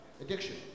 Addiction